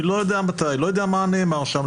אני לא יודע מתי, לא יודע מה נאמר שם.